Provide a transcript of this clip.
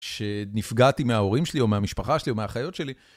שנפגעתי מההורים שלי, או מהמשפחה שלי, או מהאחיות שלי.